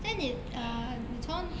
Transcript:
现在你 uh 你从